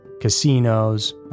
Casinos